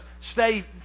stay